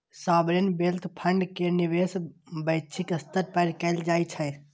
sovereign wealth fund के निवेश वैश्विक स्तर पर कैल जाइ छै